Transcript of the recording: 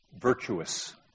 virtuous